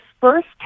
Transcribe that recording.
first